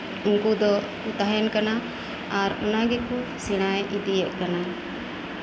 ᱩᱱᱠᱩ ᱫᱚᱠᱚ ᱛᱟᱸᱦᱮᱱ ᱠᱟᱱᱟ ᱟᱨ ᱚᱱᱟ ᱜᱮᱠᱚ ᱥᱮᱲᱟ ᱤᱫᱤᱭᱨᱮᱫ ᱠᱟᱱᱟ